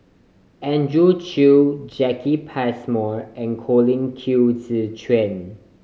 Andrew Chew Jacki Passmore and Colin Qi Zhe Quan